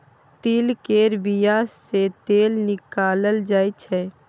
तिल केर बिया सँ तेल निकालल जाय छै